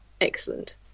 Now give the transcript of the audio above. excellent